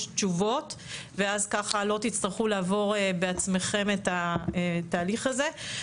תשובות ואז ככה לא תצטרכו לעבור בעצמכם את התהליך הזה.